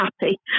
happy